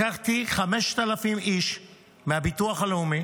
לקחתי 5,000 איש מהביטוח הלאומי